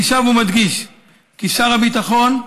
אני שב ומדגיש כי שר הביטחון,